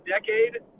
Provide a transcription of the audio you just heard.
decade